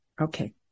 Okay